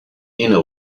inner